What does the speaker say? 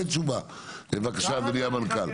בבקשה אדוני המנכ"ל.